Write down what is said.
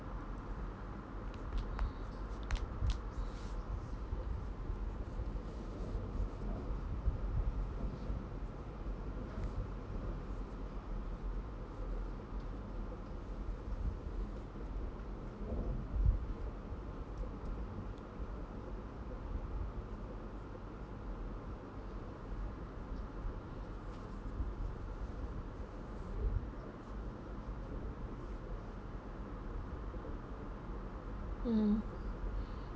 mm